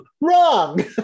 wrong